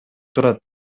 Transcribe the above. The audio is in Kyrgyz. турат